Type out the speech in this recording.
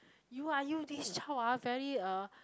you ah you this child ah very uh